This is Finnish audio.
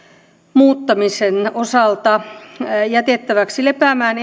muuttamisen osalta jätettäväksi lepäämään